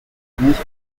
court